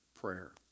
Prayer